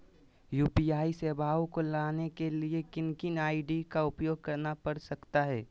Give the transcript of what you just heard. UPI सेवाएं को लाने के लिए किन किन आई.डी का उपयोग करना पड़ सकता है?